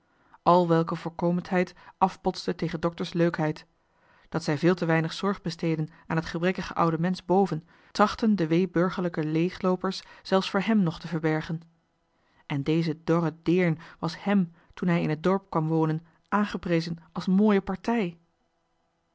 al welke drukke voorkomendheid afbotste tegen droge leukheid dat zij veel te weinig zorg besteedden aan het gebrekkige johan de meester de zonde in het deftige dorp oude mensch boven trachtten de wee burgerlijke leegloopers zelfs voor hem nog te verbergen en deze zelfde dorre deern was hem toen hij in het dorp kwam wonen aangeprezen als mooie partij